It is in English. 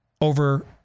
over